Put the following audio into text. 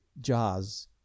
Jaws